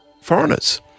foreigners